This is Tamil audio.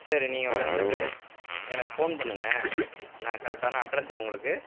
சரி நீங்கள் வந்துவிட்டு எனக்கு ஃபோன் பண்ணுங்கள் நான் கரெட்டான அட்ரெஸ்ஸ உங்களுக்கு